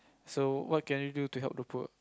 so what can you do to help the poor